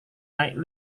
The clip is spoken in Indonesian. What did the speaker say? naik